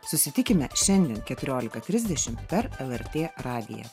susitikime šiandien keturiolika trisdešimt per lrt radiją